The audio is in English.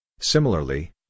Similarly